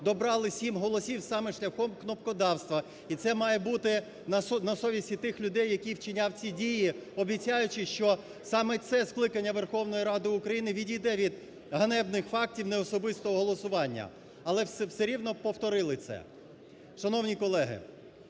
добрали сім голосів саме шляхом кнопкодавства. І це має бути на совісті тих людей, які вчиняли ці дії, обіцяючи, що саме це скликання Верховної Ради України відійде від ганебних фактів неособистого голосування. Але все рівно повторили це. Шановні колеги,